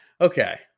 Okay